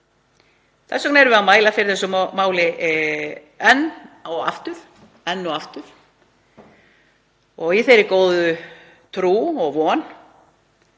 Þess vegna erum við að mæla fyrir þessu máli enn og aftur í þeirri góðu trú og von